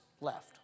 left